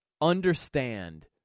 understand